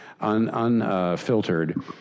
unfiltered